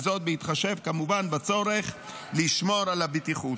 בהתחשב כמובן בצורך לשמור על הבטיחות.